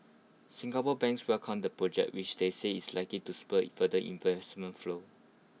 Singapore banks welcomed the project which they say is likely to spur further investment flows